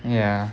ya